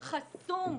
חסום,